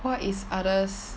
what is others